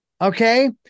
Okay